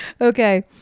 Okay